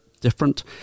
different